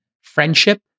friendship